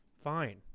fine